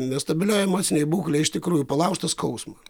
nestabilioj emocinėj būklėj iš tikrųjų palaužtas skausmo